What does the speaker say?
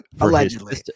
Allegedly